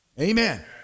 Amen